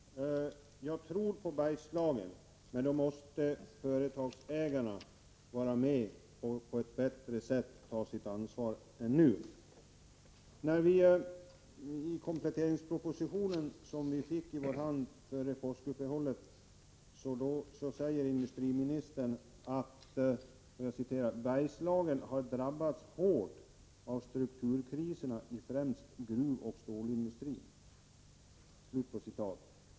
Herr talman! Bara helt kort! Jag tror på Bergslagen, men då måste företagsägarna vara med och på ett bättre sätt än nu ta sitt ansvar. I kompletteringspropositionen, som vi fick i vår hand före påskuppehållet, säger industriministern att Bergslagen har drabbats hårt av strukturkriserna i främst gruvoch stålindustrin.